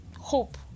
hope